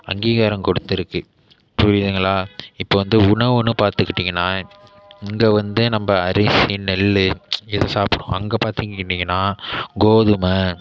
அங்கீகாரம் கொடுத்திருக்குது புரியுதுங்களா இப்போது வந்து உணவுன்னு பார்த்துக்கிட்டிங்கன்னா இங்கே வந்து நம்ம அரிசி நெல் இது சாப்பிடுவோம் அங்கே பார்த்துக்கிட்டிங்ன்னா கோதுமை